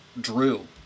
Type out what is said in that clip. drew